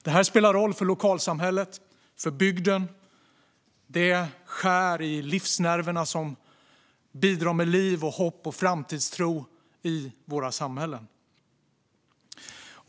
Detta spelar roll för lokalsamhället, för bygden. Det skär i livsnerverna som bidrar med liv, hopp och framtidstro i våra samhällen.